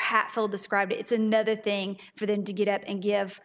hatfill described it it's another thing for them to get up and give